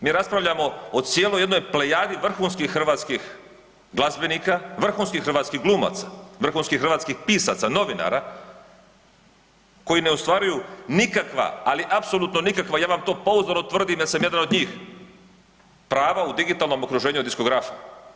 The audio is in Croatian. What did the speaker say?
Mi raspravljamo o cijeloj jednoj plejadi vrhunskih hrvatskih glazbenika, vrhunskih hrvatskih glumaca, vrhunskih hrvatskih pisaca, novinara koji ne ostvaruju nikakva ali apsolutno nikakva ja vam to pouzdano tvrdim da sam jedan od njih, prava u digitalnom okruženju diskografa.